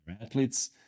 athletes